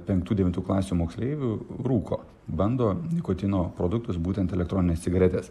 penktų devintų klasių moksleivių rūko bando nikotino produktus būtent elektronines cigaretes